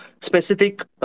specific